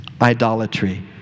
idolatry